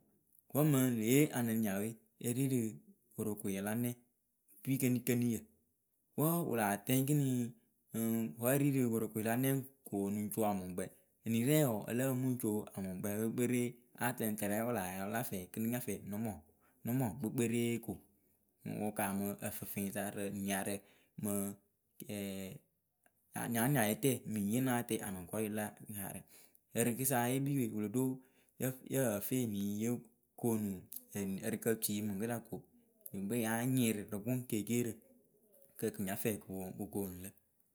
wǝ́ mɨŋ le yee ǝ lɨŋ niawe e ri rɨ worokoe la nɛŋ pikenikeniyǝ wǝ́ wɨ laa tɛŋ ekini ǝŋ wǝ́ e ri rɨ worokoe la nɛŋ ko ǝ lɨŋ co amʊŋkpɛ enire wǝǝ ǝ lǝ pǝ mɨŋ co amɔŋkpǝ kpekpere a tɛŋ tɨrɛ wɨ laa ya rɨ wɨ la fɛɛ kɨ nɨ nya fɛɛ nɨ mɔŋ. Nɨ mɔŋ kpekpere ko wɨ kaamɨ ǝfɨfɨŋyǝ sa rɨ niarǝ mɨ Anianiayeetɛ mɨ nyiye náa tɛŋ anʊŋkɔrɩ la gaarǝ ǝrɨkǝ sa le kpii we wɨ lo ɖo Yǝ fɨ eni yo koo ǝrɨkǝ tui mɨŋkɨsa ko yɨŋ kpɛ ya nyɩrɩ rɨ gʊŋceeceerǝ kɨ kɨ nya fɛɛ kɨ poŋ kɨ koonu lǝ.